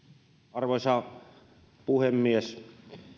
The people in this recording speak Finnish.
arvoisa puhemies